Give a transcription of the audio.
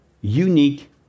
unique